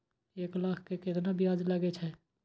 एक लाख के केतना ब्याज लगे छै?